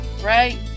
right